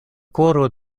koro